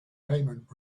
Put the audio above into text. payment